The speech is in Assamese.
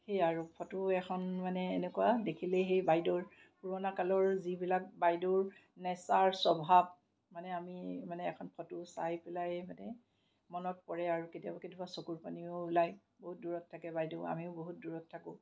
সেই আৰু ফটো এখন মানে এনেকুৱা দেখিলেই সেই বাইদেউৰ পুৰণা কালৰ যিবিলাক বাইদেউৰ নেচাৰ স্বভাৱ মানে আমি মানে এখন ফটো চাই পেলাই মানে মনত পৰে আৰু কেতিয়াবা কেতিয়াবা চকুৰ পানীও ওলায় বহুত দূৰত থাকে বাইদেউ আমিও বহুত দূৰত থাকোঁ